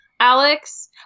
Alex